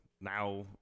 now